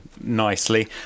nicely